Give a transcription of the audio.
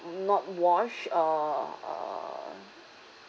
not washed uh uh